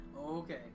okay